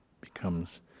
becomes